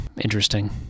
interesting